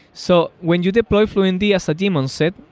so when you deploy fluentd as a daemon set,